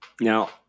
Now